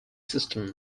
system